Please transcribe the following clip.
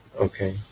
Okay